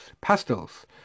Pastels